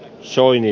soini